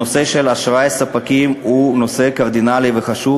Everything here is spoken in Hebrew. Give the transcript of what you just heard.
נושא אשראי ספקים הוא נושא קרדינלי וחשוב,